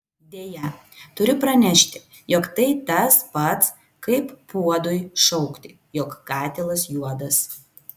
deja turiu pranešti jog tai tas pats kaip puodui šaukti jog katilas juodas